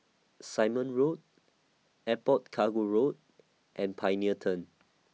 Simon Road Airport Cargo Road and Pioneer Turn